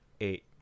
eight